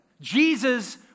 Jesus